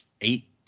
eight